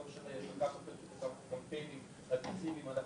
לא משנה כמה קמפיינים אגרסיביים אנחנו